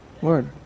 Word